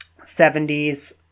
70s